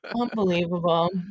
Unbelievable